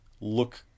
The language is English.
look